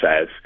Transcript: says